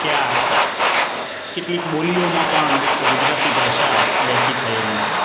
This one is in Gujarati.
ક્યાં કેટલીક બોલીઓમાં પણ આ ગુજરાતી ભાષા વહેતી થયેલી છે